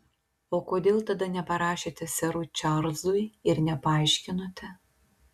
o kodėl tada neparašėte serui čarlzui ir nepaaiškinote